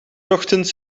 ochtends